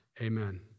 Amen